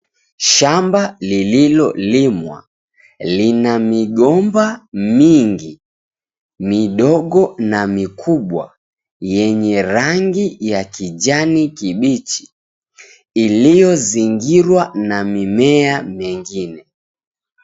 Shamba lilolimwa, lina migomba mingi midogo na mikubwa yenye rangi ya kijani kibichi iliyozingirwa na mimea mengine.